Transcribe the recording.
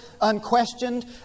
unquestioned